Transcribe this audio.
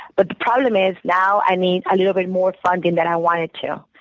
but the problem is, now i need a little bit more funding than i wanted to.